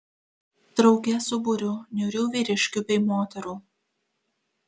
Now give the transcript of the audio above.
drauge su būriu niūrių vyriškių bei moterų